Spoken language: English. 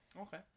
Okay